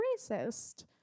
racist